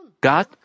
God